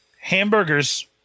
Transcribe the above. Hamburgers